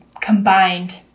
combined